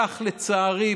כך לצערי,